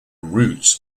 roots